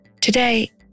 Today